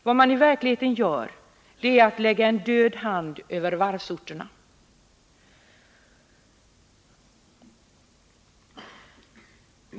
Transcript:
Vad man i verkligheten gör är att lägga en död hand över varvsorterna.